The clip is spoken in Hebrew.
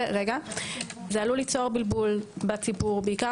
זה עלול ליצור בלבול בציבור בעיקר